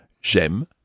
j'aime